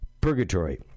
purgatory